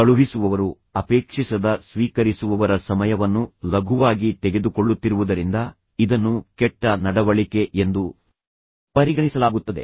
ಕಳುಹಿಸುವವರು ಅಪೇಕ್ಷಿಸದ ಸ್ವೀಕರಿಸುವವರ ಸಮಯವನ್ನು ಲಘುವಾಗಿ ತೆಗೆದುಕೊಳ್ಳುತ್ತಿರುವುದರಿಂದ ಇದನ್ನು ಕೆಟ್ಟ ನಡವಳಿಕೆ ಎಂದು ಪರಿಗಣಿಸಲಾಗುತ್ತದೆ